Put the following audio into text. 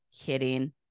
Kidding